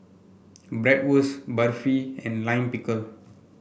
Bratwurst Barfi and Lime Pickle